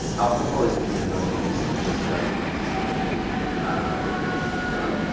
alcohol is probably the most misunderstood sleep aid or sleep drug.